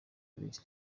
abiri